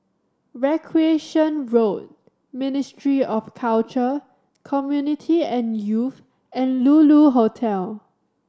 Recreation Road Ministry of Culture Community and Youth and Lulu Hotel